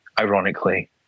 ironically